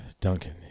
Duncan